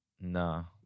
No